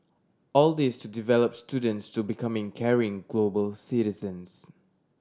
all this to develop students to becoming caring global citizens